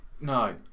No